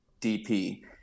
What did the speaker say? DP